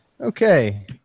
Okay